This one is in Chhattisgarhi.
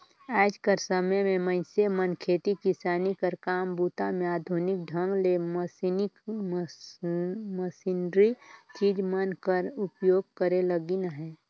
आएज कर समे मे मइनसे मन खेती किसानी कर काम बूता मे आधुनिक ढंग ले मसीनरी चीज मन कर उपियोग करे लगिन अहे